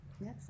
Yes